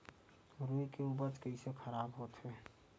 रुई के उपज कइसे खराब होथे?